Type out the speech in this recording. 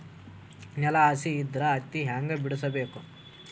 ನೆಲ ಹಸಿ ಇದ್ರ ಹತ್ತಿ ಹ್ಯಾಂಗ ಬಿಡಿಸಬೇಕು?